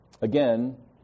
Again